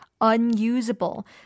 unusable